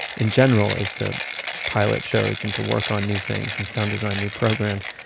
in general, is to pilot shows and to work on new things and sound design new programs.